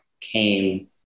came